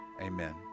Amen